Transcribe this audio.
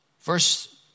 Verse